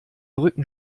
rücken